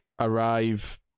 arrive